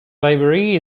library